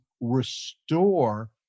restore